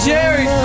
Jerry